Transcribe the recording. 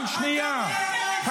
זהו, זהו.